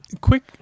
quick